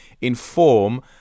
inform